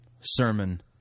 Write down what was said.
sermon